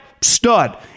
stud